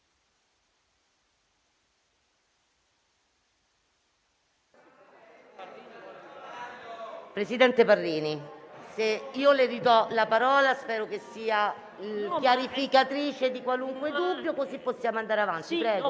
Presidente Parrini, io le ridò la parola e spero che sia chiarificatrice di qualunque dubbio, al fine di poter andare avanti. Ne